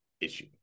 issue